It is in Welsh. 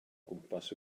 gwmpas